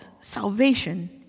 salvation